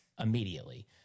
immediately